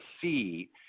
see